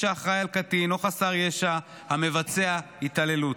שאחראי על קטין או חסר ישע המבצע התעללות.